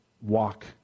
walk